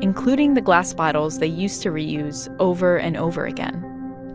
including the glass bottles they used to reuse over and over again